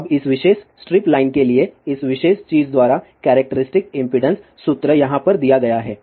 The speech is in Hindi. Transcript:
अब इस विशेष स्ट्रिप लाइन के लिए इस विशेष चीज द्वारा कैरेक्टरिस्टिक इम्पीडेन्स सूत्र यहां पर दिया गया है